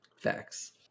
facts